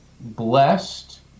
blessed